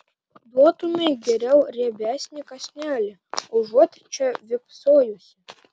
duotumei geriau riebesnį kąsnelį užuot čia vėpsojusi